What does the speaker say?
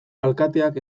alkateak